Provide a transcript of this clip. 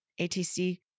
ATC